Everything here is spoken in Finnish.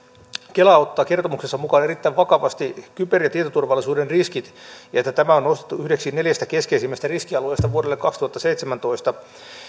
kela ottaa kertomuksensa mukaan erittäin vakavasti kyber ja tietoturvallisuuden riskit että tämä on nostettu yhdeksi neljästä keskeisimmästä riskialueesta vuodelle kaksituhattaseitsemäntoista